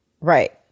right